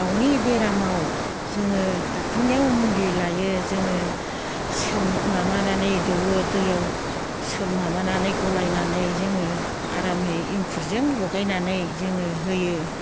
दाउनि बेरामाव जोङो दक्ट'रनियाव मुलि लायो जोङो माबानानै दौवो दैयाव सोम माबानानै गलायनानै जोङो आरामै एंखुरजों लगायनानै जोङो होयो